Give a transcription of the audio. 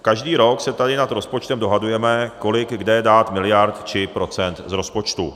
Každý rok se tady nad rozpočtem dohadujeme, kolik kde dát miliard či procent z rozpočtu.